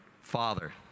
Father